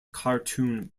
cartoon